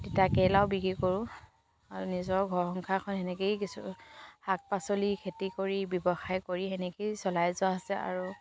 তিতা কেৰেলাও বিক্ৰী কৰোঁ আৰু নিজৰ ঘৰ সংসাৰখন সেনেকৈয়ে কিছু শাক পাচলি খেতি কৰি ব্যৱসায় কৰি সেনেকৈয়ে চলাই যোৱা হৈছে আৰু